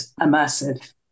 Immersive